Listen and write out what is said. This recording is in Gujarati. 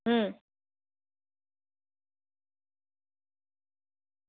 હુમ